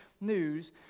news